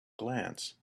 glance